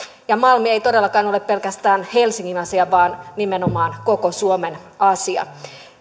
ja malmi ei todellakaan ole pelkästään helsingin asia vaan nimenomaan koko suomen asia